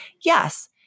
Yes